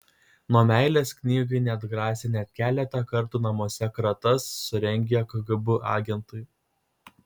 nuo meilės knygai neatgrasė net keletą kartų namuose kratas surengę kgb agentai